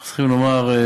אנחנו צריכים לומר את